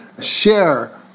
share